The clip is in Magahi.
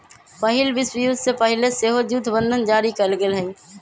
पहिल विश्वयुद्ध से पहिले सेहो जुद्ध बंधन जारी कयल गेल हइ